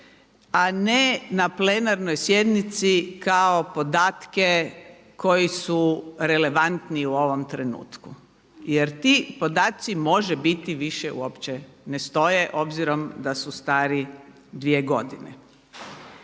a ne na plenarnoj sjednici kao podatke koji su relevantni u ovome trenutku jer ti podaci može biti više uopće ne stoje obzirom da su stari dvije godine.